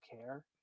care